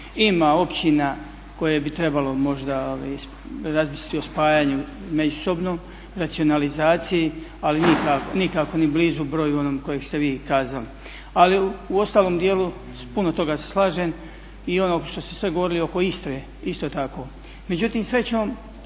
Ima općina koje bi trebalo možda razmisliti o spajanju međusobno, racionalizaciji ali nikako ni blizu broju onom kojeg ste vi kazali. Ali u ostalom dijelu s puno toga se slažem i onog što ste sve govorili oko Istre isto tako.